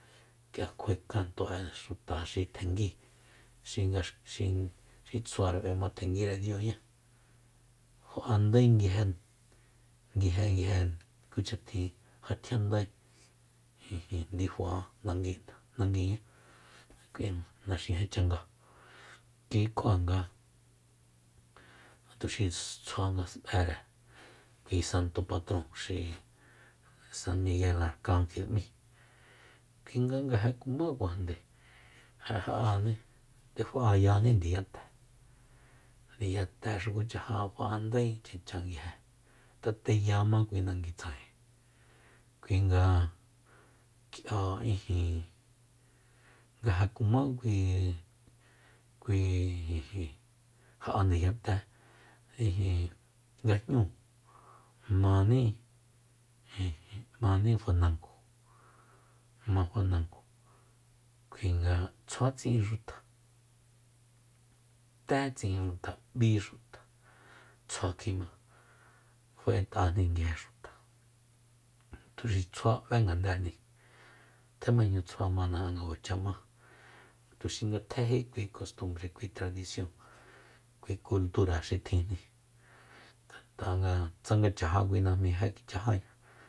K'ia kjuae kanto'e xuta xi tjenguíi xi- nga- xi- xitsjuare b'ematjenguire diuñá fa'andae nguije nguije nguije kucha tjin jatjiandae ndifa nangui'na nanguiñá k'ui naxijen changáa kui kjua nga ja tuxí ss tsjua nga t'ere kui santo patron xi san miguel arkangel m'í kuinga nga ja kumá kuajande ja ja'aní nde fa'ayani ndiyate ndiyate xukucha ja'a fa'andae chachan nguije ngat'a teyama kui nangui tsajen kuinga k'ia ijin nga ja kuma kui- kui jinjin ja'a ndiyate ijin nga jñúu maní jin maní fanango ma fanango kuinga tsjua tsi'in xuta té tsi'in xuta b'í xuta tsjua kjima fa'et'ajni nguije xuta tuxi tsjuá b'é ngandejni tjémañu tsjua mana'an nga kuacha ma tuxi nga tjéjí kui lostunbre kui tradision kui kultura xi tjinjni ngat'a tsanga chaja kui najmí ja kichajáña